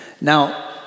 Now